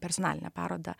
personalinę parodą